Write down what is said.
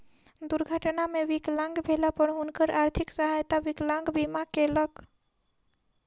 दुर्घटना मे विकलांग भेला पर हुनकर आर्थिक सहायता विकलांग बीमा केलक